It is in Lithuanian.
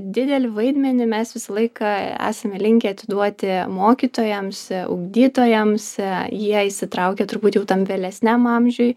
didelį vaidmenį mes visą laiką esame linkę atiduoti mokytojams ugdytojams jie įsitraukia turbūt jau tam vėlesniam amžiuj